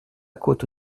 côte